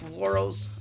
Florals